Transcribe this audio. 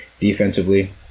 Defensively